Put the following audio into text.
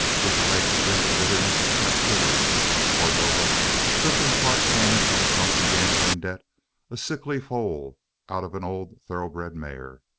his life had been the bitterness of captivity since cordova took in part payment of a drunken gambling debt a sickly foal out of an old thoroughbred mare.